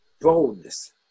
Boldness